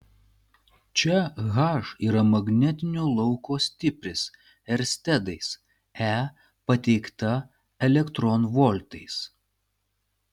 čia h yra magnetinio lauko stipris erstedais e pateikta elektronvoltais